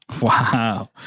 wow